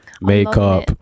makeup